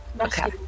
Okay